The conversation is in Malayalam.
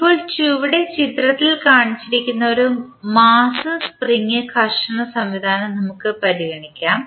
ഇപ്പോൾ ചുവടെയുള്ള ചിത്രത്തിൽ കാണിച്ചിരിക്കുന്ന മാസ് സ്പ്രിംഗ് ഘർഷണ സംവിധാനം നമുക്ക് പരിഗണിക്കാം